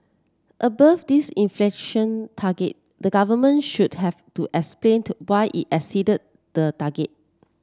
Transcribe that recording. above this inflation target the government should have to explain to why it exceeded the target